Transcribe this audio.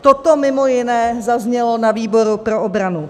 Toto mimo jiné zaznělo na výboru pro obranu.